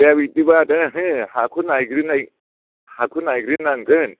दे बिदिबा दे हाखौ नायग्रोनाय हाखौ नायग्रोनांगोन